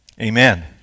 Amen